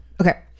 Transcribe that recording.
Okay